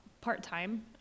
part-time